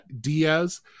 Diaz